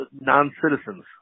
non-citizens